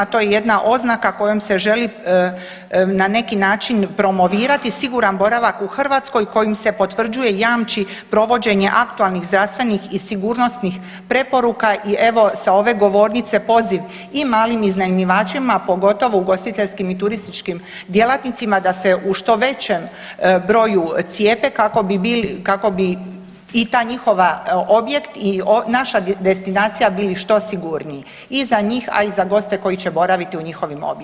To je jedna oznaka kojom se želi na neki način promovirati siguran boravak u Hrvatskoj kojim se potvrđuje, jamči provođenje aktualnih zdravstvenih i sigurnosnih preporuka i evo sa ove govornice poziv i malim iznajmljivačima, a pogotovo ugostiteljskim i turističkim djelatnicima da se u što većem broju cijepe kako bi i taj njihov objekt i naša destinacija bili što sigurniji i za njih a i za goste koji će boraviti u njihovim objektima.